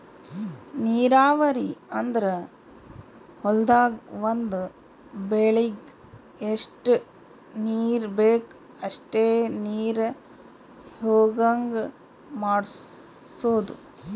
ನೀರಾವರಿ ಅಂದ್ರ ಹೊಲ್ದಾಗ್ ಒಂದ್ ಬೆಳಿಗ್ ಎಷ್ಟ್ ನೀರ್ ಬೇಕ್ ಅಷ್ಟೇ ನೀರ ಹೊಗಾಂಗ್ ಮಾಡ್ಸೋದು